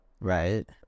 Right